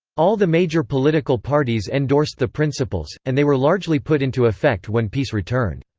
all the major political parties endorsed the principles, and they were largely put into effect when peace returned.